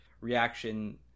reaction